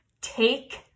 Take